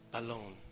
alone